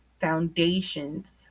foundations